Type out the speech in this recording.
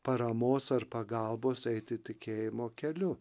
paramos ar pagalbos eiti tikėjimo keliu